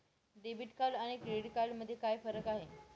Debit आणि credit card मध्ये काय फरक आहे?